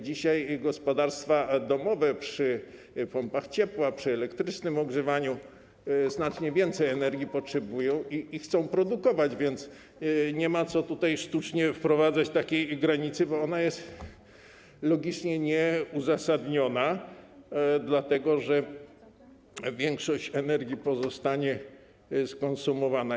Dzisiaj gospodarstwa domowe przy pompach ciepła, przy elektrycznym ogrzewaniu potrzebują znacznie więcej energii i chcą ją produkować, więc nie ma co tutaj sztucznie wprowadzać takiej granicy, bo ona jest logicznie nieuzasadniona, dlatego że większość energii zostanie skonsumowana.